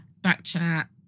Backchat